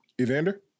Evander